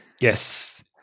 Yes